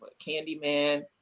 Candyman